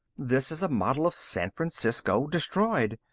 this is a model of san francisco, destroyed.